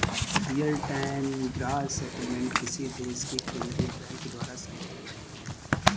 real time gross settlement किसी देश के केन्द्रीय बैंक द्वारा संचालित होते हैं